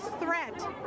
threat